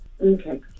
Okay